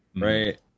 Right